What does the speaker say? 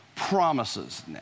Promises